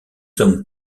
sommes